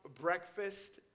breakfast